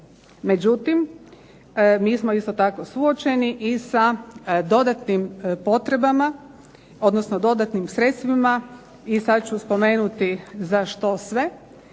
Međutim, mi smo isto tako suočeni i sa dodatnim potrebama, odnosno dodatnim sredstvima i sad ću spomenuti za što sve,